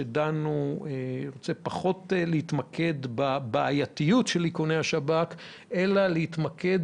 פחות להתמקד בבעייתיות של איכוני השב"כ אלא להתמקד